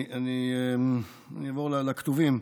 אני אעבור לכתובים.